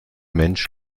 mensch